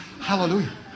Hallelujah